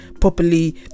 properly